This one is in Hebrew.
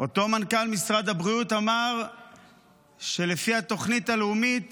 אותו מנכ"ל משרד הבריאות אמר שלפי התוכנית הלאומית